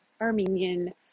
Armenian